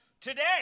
today